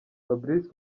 fabrice